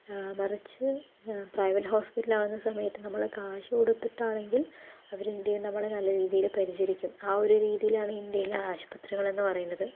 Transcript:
മറിച്ച് private hospital ആകുന്ന സമയത്ത് നമ്മള് കാശ് കൊടുത്തിട്ട് ആണെങ്കിൽ അവര് എന്ത് ചെയ്യും നമ്മളെ നല്ല രീതിയില് പരിചരിക്കും ആ ഒരു രീതിയിലാണി ഇന്ത്യയിലെ ആശുപത്രികൾ എന്ന് പറയുന്നത്